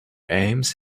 aims